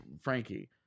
Frankie